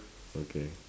okay